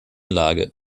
lage